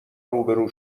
روبرو